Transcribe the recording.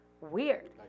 weird